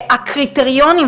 הקריטריונים,